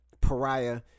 pariah